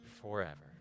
forever